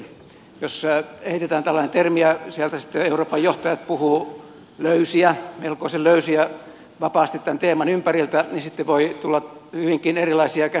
jos heitetään tällainen termi ja sieltä sitten euroopan johtajat puhuvat löysiä melkoisen löysiä vapaasti tämän teeman ympäriltä niin sitten voi tulla hyvinkin erilaisia käsityksiä